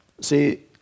See